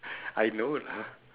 I know lah